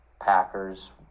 Packers